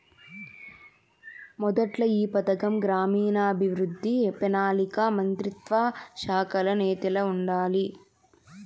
మొదట్ల ఈ పథకం గ్రామీణాభవృద్ధి, పెనాలికా మంత్రిత్వ శాఖల సేతిల ఉండాది